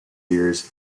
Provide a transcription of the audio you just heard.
years